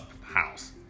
house